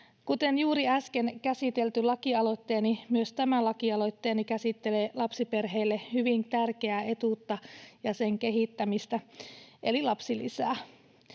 Kuten juuri äsken käsitelty lakialoitteeni, myös tämä lakialoitteeni käsittelee lapsiperheille hyvin tärkeää etuutta ja sen kehittämistä eli lapsilisää.